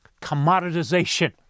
Commoditization